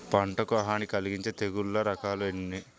పంటకు హాని కలిగించే తెగుళ్ళ రకాలు ఎన్ని?